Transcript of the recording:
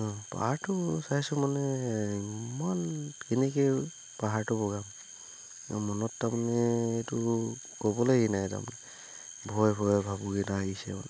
অঁ পাহাৰটো চাইছোঁ মানে ইমান কেনেকেই পাহাৰটো বগাম মনত তাৰমানে এইটো ক'বলে নাই তাৰমানে ভয় ভয় আহিছে মানে